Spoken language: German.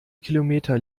kilometer